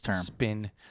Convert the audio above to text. spin